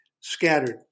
scattered